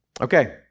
Okay